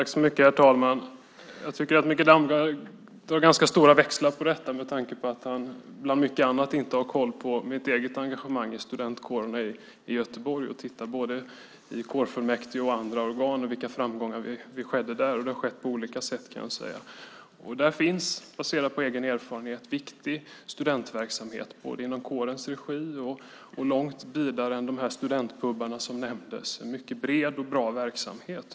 Herr talman! Jag tycker att Mikael Damberg drar ganska stora växlar på detta med tanke på att han bland mycket annat inte har koll på mitt eget engagemang i studentkårerna i Göteborg, i kårfullmäktige och andra organ och våra framgångar där. Det har varit på olika sätt. Baserat på min egen erfarenhet vet jag att det finns viktig studentverksamhet i kårens regi och långt vidare än de studentpubar som nämndes. Det är en bred och bra verksamhet.